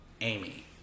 Amy